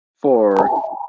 Four